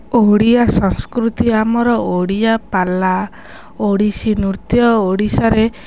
ଓଡ଼ିଆ ସଂସ୍କୃତି ଆମର ଓଡ଼ିଆ ପାଲା ଓଡ଼ିଶୀ ନୃତ୍ୟ ଓଡ଼ିଶାରେ